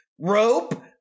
Rope